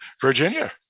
Virginia